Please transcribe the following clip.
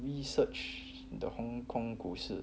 research the hong kong 股市